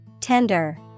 Tender